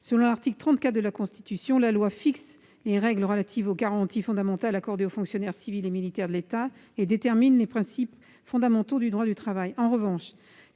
Selon l'article 34 de la Constitution, la loi fixe les règles relatives aux garanties fondamentales accordées aux fonctionnaires civils et militaires de l'État et détermine les principes fondamentaux du droit du travail.